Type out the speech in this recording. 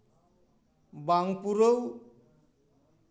ᱵᱟᱝ ᱯᱩᱨᱟᱹᱣ